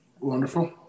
Wonderful